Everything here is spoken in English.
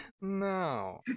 No